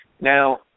Now